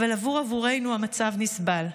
אבל עבור רובנו המצב נסבל.